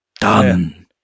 done